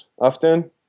often